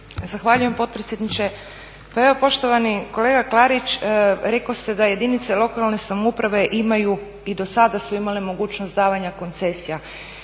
Zahvaljujem potpredsjedniče. Pa evo poštovani kolega Klarić rekoste da jedinice lokalne samouprave imaju i do sada su imale mogućnost davanja koncesija.